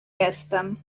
jestem